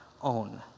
own